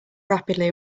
rapidly